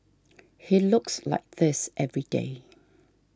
he looks like this every day